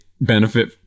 Benefit